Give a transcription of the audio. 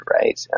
right